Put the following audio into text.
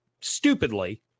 stupidly